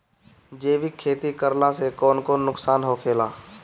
जैविक खेती करला से कौन कौन नुकसान होखेला?